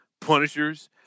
Punishers